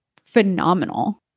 phenomenal